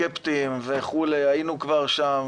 סקפטיים וכולי היינו שם כבר,